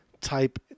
type